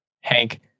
Hank